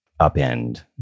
upend